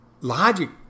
logic